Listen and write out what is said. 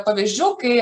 pavyzdžių kai